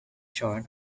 shore